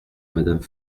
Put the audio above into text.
madame